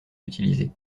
utilisée